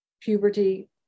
puberty